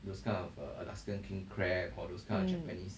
mm